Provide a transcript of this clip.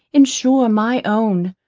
insure my own.